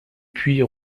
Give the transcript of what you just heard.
puits